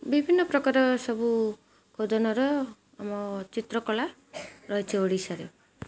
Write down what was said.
ବିଭିନ୍ନ ପ୍ରକାର ସବୁ ଖୋଦନର ଆମ ଚିତ୍ରକଳା ରହିଛି ଓଡ଼ିଶାରେ